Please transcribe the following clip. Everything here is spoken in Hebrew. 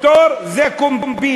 פטור זה קומבינה.